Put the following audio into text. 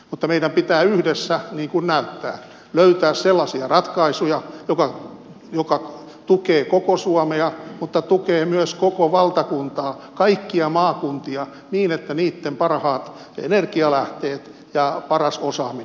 mutta meidän pitää yhdessä näyttää löytää sellaisia ratkaisuja jotka tukevat koko suomea mutta tukevat myös koko valtakuntaa kaikkia maakuntia niin että niitten parhaat energialähteet ja paras osaaminen tulevat hyvin esiin